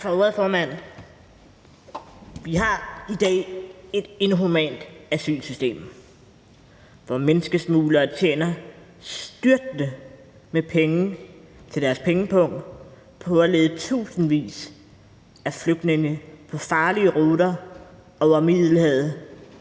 ordet, formand. Vi har i dag et inhumant asylsystem, hvor menneskesmuglere tjener styrtende med penge til deres pengepung på at lede tusindvis af flygtninge ad farlige ruter over Middelhavet,